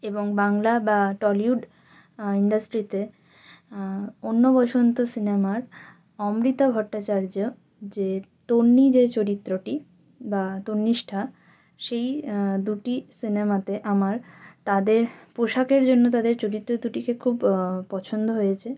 এবং বা বাংলা বা টলিউড ইন্ডাস্ট্রিতে অন্য বসন্ত সিনেমার অমৃতা ভট্টাচার্য যে তন্বী যে চরিত্রটি বা তন্নিষ্ঠা সেই দুটি সিনেমাতে আমার তাদের পোশাকের জন্য তাদের চরিত্র দুটিকে খুব পছন্দ হয়েছে